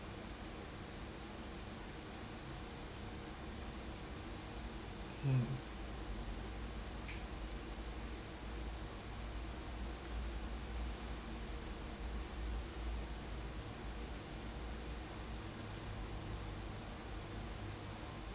mm